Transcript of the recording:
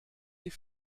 die